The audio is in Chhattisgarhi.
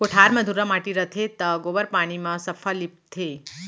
कोठार म धुर्रा माटी रथे त गोबर पानी म सफ्फा लीपथें